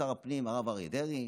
שר הפנים הרב אריה דרעי,